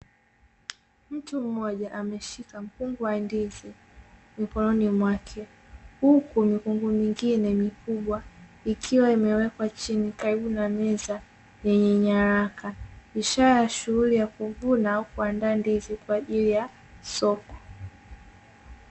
Mtu mmoja ameshika mkungu wa wa ndizi mikononi mwake, huku mikungu mingine mikubwa ikiwa imewekwa chini karibu na meza yenye nyaraka, ishara ya shuhuli ya kuvuna au kuandaa ndizi kwa ajili ya soko.